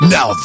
Now